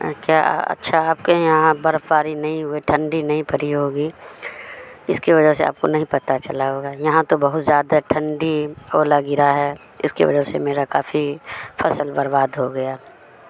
کیا اچھا آپ کے یہاں برفاری نہیں ہوئے ٹھنڈی نہیں پھری ہوگی اس کی وجہ سے آپ کو نہیں پتہ چلا ہوگا یہاں تو بہت زیادہ ٹھنڈی اولا گرا ہے اس کی وجہ سے میرا کافی فصل برباد ہو گیا